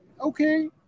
Okay